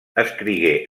escrigué